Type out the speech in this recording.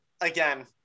again